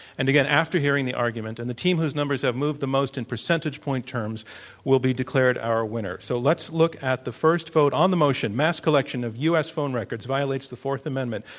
and again after hearing the argument. and the team whose numbers have moved the most in percentage point terms will be declared our winner. so, let's look at the first vote on the motion, mass collection of u. s. phone records violates the fourth amendment.